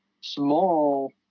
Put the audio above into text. small